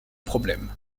problèmes